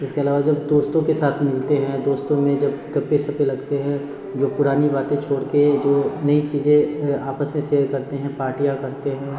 इसके अलावा जब दोस्तों के साथ मिलते हैं दोस्तों में जब गप्पे शप्पे लगते हैं जो पुरानी बातें छोड़ के जो नई चीज़े आपस में सेयर करते हैं पार्टीयां करते हैं